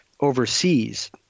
overseas